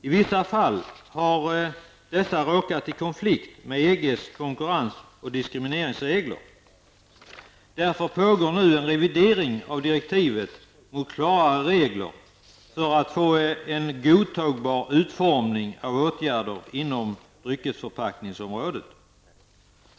I vissa fall har dessa råkat i konflikt med EGs konkurrens och diskrimineringsregler. Därför pågår en revidering av direktiven mot klarare regler för att få en godtagbar utformning av åtgärder inom dryckesförpackningsområdet.